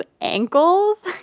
ankles